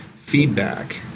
feedback